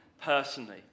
personally